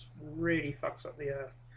re thoughts of the ah.